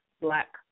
Black